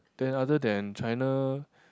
then other than China